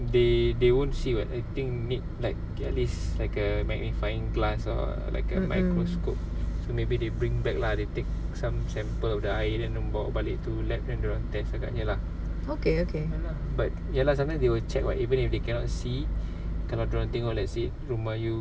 they they won't see what I think need like at least like a magnifying glass or like a microscope so maybe they bring back lah they take some sample of the air bawa balik to lab then run dia orang test agaknya lah but ya lah sometimes they will check [what] even if they cannot see kalau dia orang tengok let's say rumah you